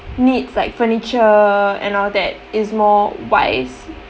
needs like furniture and all that is more wise